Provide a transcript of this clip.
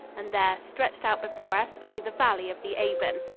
and there, stretched out before us, lay the valley of the avon.